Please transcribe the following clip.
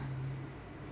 mm